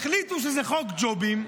החליטו שזה חוק ג'ובים,